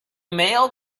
male